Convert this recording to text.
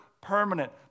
permanent